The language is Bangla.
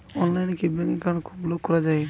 অনলাইনে কি ব্যাঙ্ক অ্যাকাউন্ট ব্লক করা য়ায়?